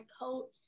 coat